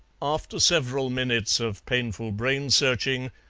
after several minutes of painful brain-searching,